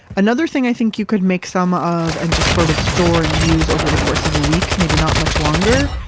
another thing i think you could make some of and just sort of store and use over the course of a week, maybe not much longer,